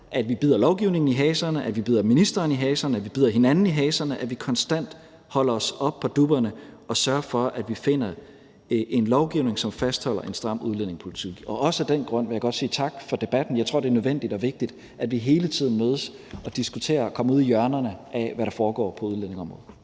at vi bider lovgivningen i haserne, at vi bider ministeren i haserne, at vi bider hinanden i haserne, at vi konstant holder os oppe på dupperne og sørger for, at vi finder frem til en lovgivning, som fastholder en stram udlændingepolitik. Også af den grund vil jeg godt sige tak for debatten. Jeg tror, det er nødvendigt og vigtigt, at vi hele tiden mødes og diskuterer og kommer ud i hjørnerne af, hvad der foregår på udlændingeområdet.